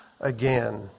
again